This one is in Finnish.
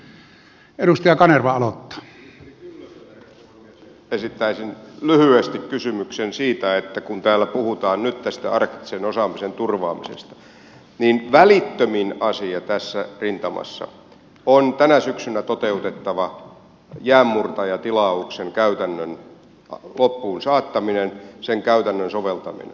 ministeri kyllöselle herra puhemies esittäisin lyhyesti kysymyksen siitä että kun täällä puhutaan nyt tästä arktisen osaamisen turvaamisesta niin välittömin asia tässä rintamassa on tänä syksynä toteutettava jäänmurtajatilauksen käytännön loppuunsaattaminen sen käytännön soveltaminen